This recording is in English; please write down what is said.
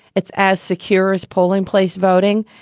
it's as secure as polling place voting.